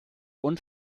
und